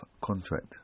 contract